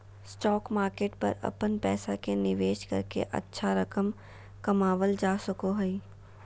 stock market पर अपन पैसा के निवेश करके अच्छा रकम कमावल जा सको हइ